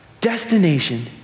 destination